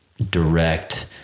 Direct